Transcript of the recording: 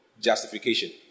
justification